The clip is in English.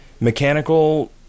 mechanical